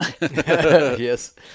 Yes